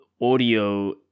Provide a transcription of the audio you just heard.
audio